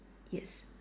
yes